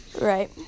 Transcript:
right